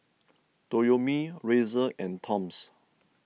Toyomi Razer and Toms